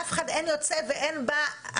אין יוצא ואין בא,